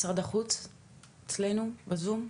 משרד החוץ אצלנו ב-zoom?